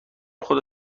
خدا